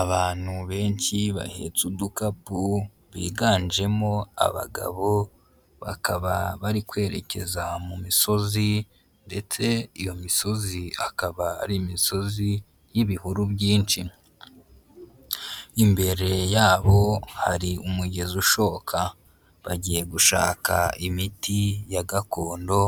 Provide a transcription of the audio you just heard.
Abantu benshi bahetse udukapu biganjemo abagabo, bakaba bari kwerekeza mu misozi ndetse iyo misozi akaba ari imisozi y'ibihuru byinshi. Imbere yabo hari umugezi ushoka. Bagiye gushaka imiti ya gakondo